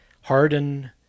Harden